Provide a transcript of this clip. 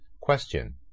Question